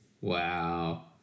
Wow